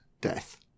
death